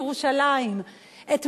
זו עיר מפוררת,